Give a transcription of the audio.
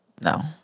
No